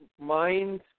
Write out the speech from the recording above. mind